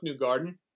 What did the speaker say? Newgarden